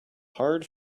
hard